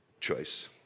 choice